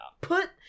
put